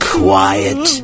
quiet